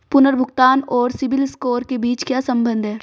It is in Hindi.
पुनर्भुगतान और सिबिल स्कोर के बीच क्या संबंध है?